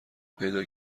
پیدا